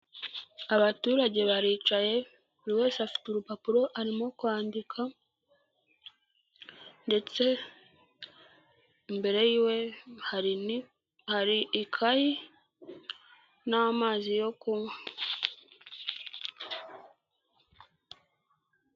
Abaturage baricaye buri wese afite urupapuro arimo kwandika ndetse mbere ywe hari hari ikayi n'amazi yo kunywa.